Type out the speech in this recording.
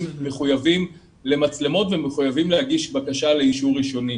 מחויבים למצלמות ומחויבים להגיש בקשה לאישור ראשוני.